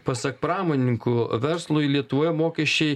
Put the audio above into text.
pasak pramonininkų verslui lietuvoje mokesčiai